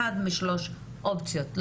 אחד משלוש האופציות.